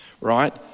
right